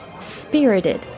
spirited